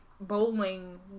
bowling